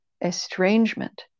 estrangement